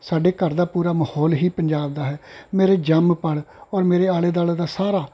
ਸਾਡੇ ਘਰ ਦਾ ਪੂਰਾ ਮਾਹੌਲ ਹੀ ਪੰਜਾਬ ਦਾ ਹੈ ਮੇਰੇ ਜੰਮ ਪਲ ਔਰ ਮੇਰੇ ਆਲੇ ਦੁਆਲੇ ਦਾ ਸਾਰਾ